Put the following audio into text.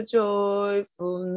joyful